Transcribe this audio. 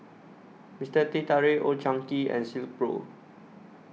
Mister Teh Tarik Old Chang Kee and Silkpro